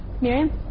Miriam